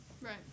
Right